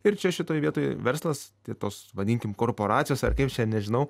ir čia šitoj vietoj verslas tai tos vadinkim korporacijos ar kaip čia nežinau